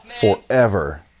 forever